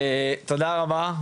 תודה רבה,